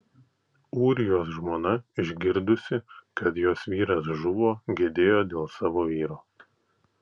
ūrijos žmona išgirdusi kad jos vyras žuvo gedėjo dėl savo vyro